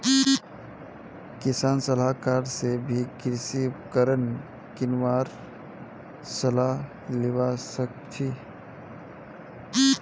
किसान सलाहकार स भी कृषि उपकरण किनवार सलाह लिबा सखछी